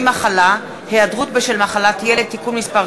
מחלה (היעדרות בשל מחלת ילד) (תיקון מס'